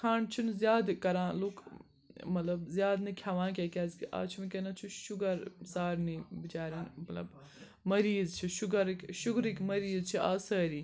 کھنٛڈ چھُنہٕ زیادٕ کران لوٗکھ ٲں مطلب زیادٕ نہٕ کھیٚوان کیٚنٛہہ کیازِ کہِ آز چھُ وُنکیٚس چھُ شُگَر سارنٕے بِچاریٚن مطلب مٔریض چھِ شُگَرٕکۍ شُگرٕکۍ مٔریٖض چھِ آز سٲری